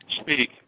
speak